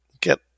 get